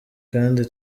kandi